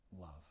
love